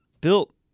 built